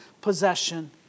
possession